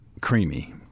creamy